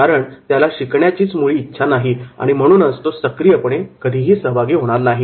कारण त्याची शिकण्याची इच्छा नाही आणि म्हणूनच तो सक्रियपणे सहभागी होणार नाही